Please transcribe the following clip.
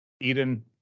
Eden